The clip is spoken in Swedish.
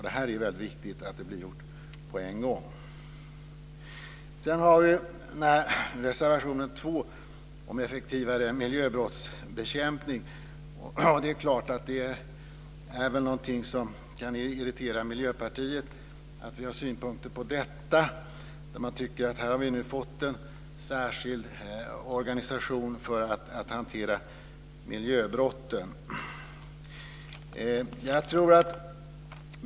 Det är viktigt att detta blir gjort på en gång. Reservation 2 handlar om effektivare miljöbrottsbekämpning. Det kan kanske irritera Miljöpartiet att vi har synpunkter på det. Vi har nu fått en särskild organisation för att hantera miljöbrott.